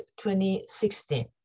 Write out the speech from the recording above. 2016